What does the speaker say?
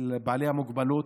של בעלי המוגבלות.